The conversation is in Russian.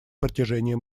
протяжении